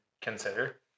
consider